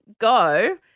go